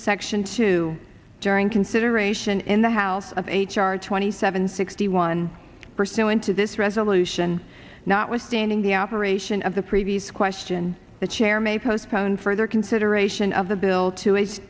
section two during consideration in the house of h r twenty seven sixty one pursuant to this resolution not withstanding the operation of the previous question the chair may postpone further consideration when of the bill to